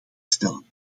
stellen